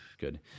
good